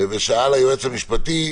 שזה מצד משרד הבריאות.